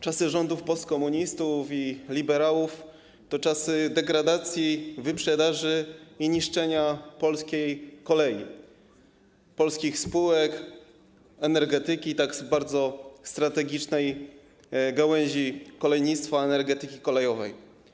Czasy rządów postkomunistów i liberałów to czasy degradacji, wyprzedaży i niszczenia polskiej kolei, polskich spółek, energetyki, tak bardzo strategicznej gałęzi kolejnictwa, energetyki kolejowej.